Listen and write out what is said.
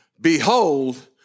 Behold